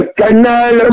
canal